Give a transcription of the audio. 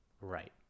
Right